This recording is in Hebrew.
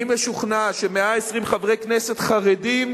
אני משוכנע ש-120 חברי כנסת חרדים